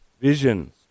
Visions